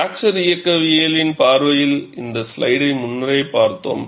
fracture இயக்கவியலின் பார்வையில் இந்த ஸ்லைடை முன்னரே பார்த்தோம்